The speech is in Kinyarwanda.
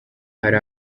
hari